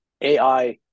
AI